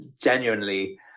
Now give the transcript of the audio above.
genuinely